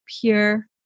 pure